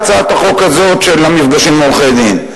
הצעת החוק הזאת של המפגשים עם עורכי-דין.